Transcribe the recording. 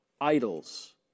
idols